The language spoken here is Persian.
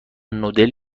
نودل